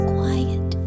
quiet